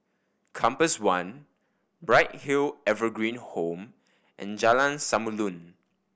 Compass One Bright Hill Evergreen Home and Jalan Samulun